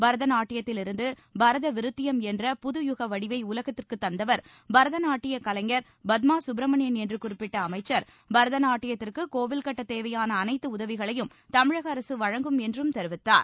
பரத நாட்டியத்திலிருந்து பரத விருத்தியம் என்ற புதுயுக வடிவை உலகத்திற்கு தந்தவர் பரத நாட்டியக் கலைஞர் பத்மா சுப்பிரமணியன் என்று குறிப்பிட்ட அமைச்சர் பரத நாட்டியத்திற்கு கோவில் கட்ட தேவையான அனைத்து உதவிகளையும் தமிழக அரசு வழங்கும் என்றும் தெரிவித்தார்